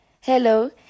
Hello